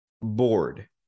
Bored